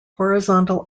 horizontal